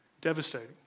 devastating